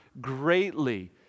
greatly